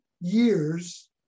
years